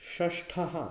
षष्ठः